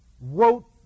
wrote